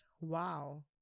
Wow